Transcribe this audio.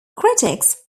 critics